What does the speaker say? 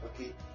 Okay